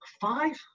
five